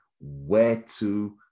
whereto